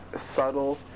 subtle